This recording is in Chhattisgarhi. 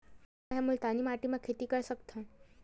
का मै ह मुल्तानी माटी म खेती कर सकथव?